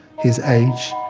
his age,